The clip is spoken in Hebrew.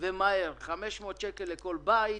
500 שקל לכל בית,